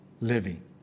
living